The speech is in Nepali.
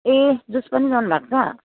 ए जुस पनि ल्याउनुभएको छ